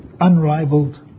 unrivaled